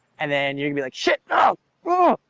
and then you're gonna be like shit, oh, ah,